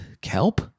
Kelp